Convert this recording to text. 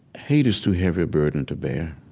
hate is too heavy a burden to bear